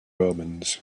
omens